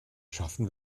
schaffen